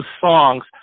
songs